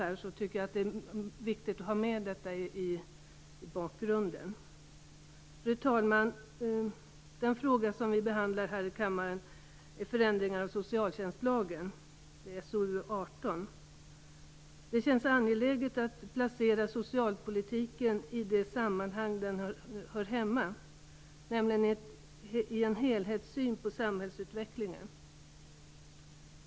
Jag tycker att det är viktigt att ha med detta i bakgrunden. Fru talman! Den fråga som vi behandlar här i kammaren gäller förändringar av socialtjänstlagen, betänkande 1996/97:SoU18. Det känns angeläget att placera socialpolitiken i det sammanhang där den hör hemma, nämligen i en helhetssyn på samhällsutvecklingen.